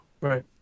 right